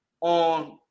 on